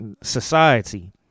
society